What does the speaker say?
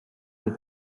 del